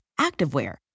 activewear